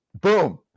Boom